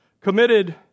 committed